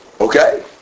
Okay